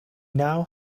now